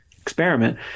experiment